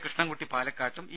കൃഷ്ണൻകുട്ടി പാലക്കാട്ടും ഇ